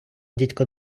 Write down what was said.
дідько